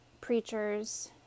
preachers